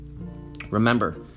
Remember